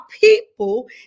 people